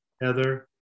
Heather